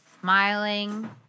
smiling